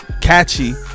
catchy